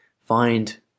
find